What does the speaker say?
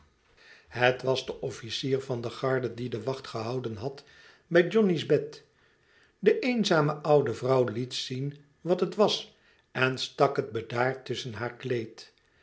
het was de officier van de garde die de wacht gehouden had bijjohnny's bed de eenzame oude vrouw liet zien wat het was en stak het bedaard tusschen haar kleed